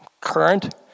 current